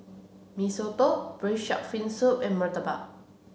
Mee Soto Braised Shark Fin Soup and Murtabak